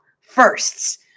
firsts